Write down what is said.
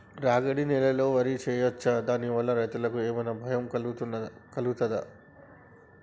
రాగడి నేలలో వరి వేయచ్చా దాని వల్ల రైతులకు ఏమన్నా భయం కలుగుతదా?